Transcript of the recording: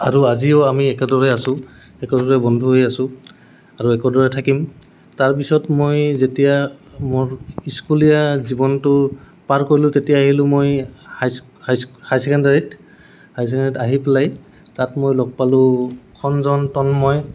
আৰু আজিও আমি একেদৰে আছোঁ একেদৰে বন্ধু হৈ আছোঁ আৰু একেদৰে থাকিম তাৰপিছত মই যেতিয়া মোৰ স্কুলীয়া জীৱনটো পাৰ কৰিলোঁ তেতিয়া আহিলোঁ মই হাই ছেকেণ্ডাৰীত হাই ছেকেণ্ডাৰীত আহি পেলাই তাত মই লগ পালোঁ খঞ্জন তন্ময়